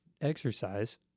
exercise